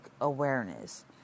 awareness